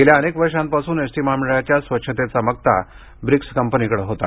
गेल्या अनेक वर्षापासून एसटीमहामंडळाच्या स्वच्छतेचा मक्ता ब्रिक्स कंपनीकडे होता